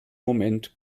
moment